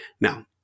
Now